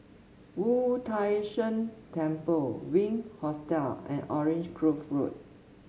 Wu Tai Shan Temple Wink Hostel and Orange Grove Road